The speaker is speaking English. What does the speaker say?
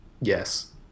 Yes